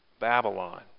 babylon